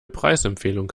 preisempfehlung